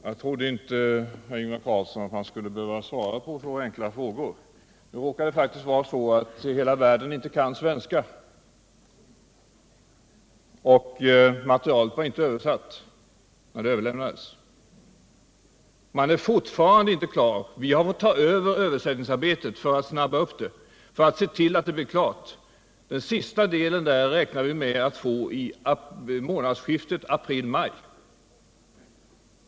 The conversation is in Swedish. Herr talman! Jag trodde inte, Ingvar Carlsson, att jag skulle behöva svara på så enkla frågor. Det råkar vara så, att hela världen inte kan svenska, och materialet var inte översatt när det överlämnades. Vi har fått överta översättningsarbetet för att se till att det blir klart. Den sista delen räknar vi med skall vara klar i månadsskiftet april-maj.